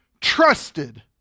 trusted